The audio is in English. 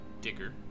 Digger